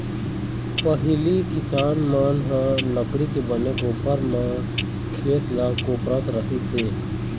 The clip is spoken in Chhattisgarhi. पहिली किसान मन ह लकड़ी के बने कोपर म खेत ल कोपरत रहिस हे